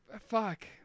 Fuck